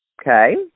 Okay